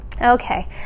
Okay